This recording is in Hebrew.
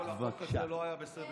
בסך הכול החוק הזה לא היה בסדר-היום,